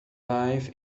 life